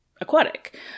aquatic